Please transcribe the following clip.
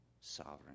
sovereign